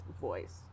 voice